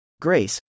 Grace